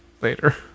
later